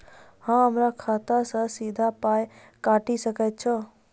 अहॉ हमरा खाता सअ सीधा पाय काटि सकैत छी?